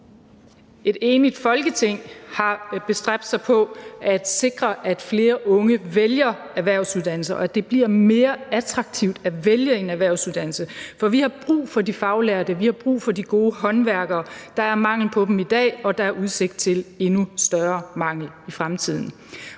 i en årrække har bestræbt sig på at sikre, at flere unge vælger en erhvervsuddannelse, og at det bliver mere attraktivt at vælge en erhvervsuddannelse, for vi har brug for faglærte, og vi har brug for gode håndværkere; der er mangel på dem i dag, og der er udsigt til endnu større mangel i fremtiden.